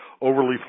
overly